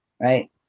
right